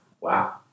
Wow